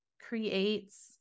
creates